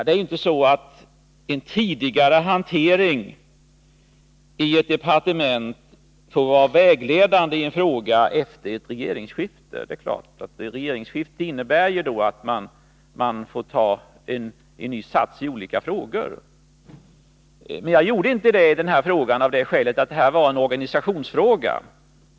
Det är inte så att en tidigare hantering i ett departement får vara vägledande i en fråga efter ett regeringsskifte. Det är klart att ett regeringsskifte innebär att man får ta ny sats i olika frågor. Men jag gjorde inte det i den här frågan av det skälet att det var en organisationsfråga.